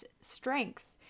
strength